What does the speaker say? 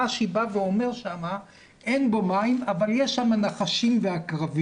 רש"י אומר 'אין בו מים אבל יש שם נחשים ועקרבים'